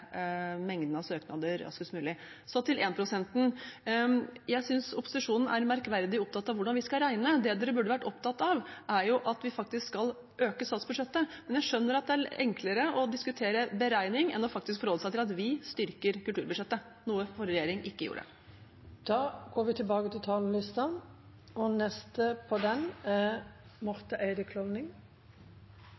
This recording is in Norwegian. mengden av søknader raskest mulig. Så til énprosenten: Jeg synes opposisjonen er merkverdig opptatt av hvordan vi skal regne. Det de burde vært opptatt av, er at vi skal øke statsbudsjettet. Men jeg skjønner at det er enklere å diskutere beregning enn faktisk å forholde seg til at vi styrker kulturbudsjettet, noe forrige regjering ikke gjorde. Da er replikkordskiftet over. Kunst og kultur bidrar til